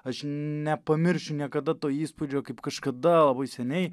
aš nepamiršiu niekada to įspūdžio kaip kažkada labai seniai